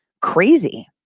crazy